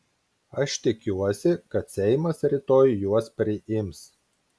aš tikiuosi kad seimas rytoj juos priims